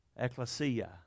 Ecclesia